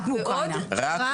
רק מאוקראינה.